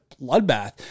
bloodbath